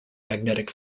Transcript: magnetic